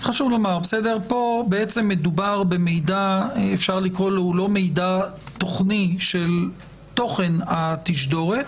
פה בעצם לא מדובר במידע תוכני, של תוכן התשדורת,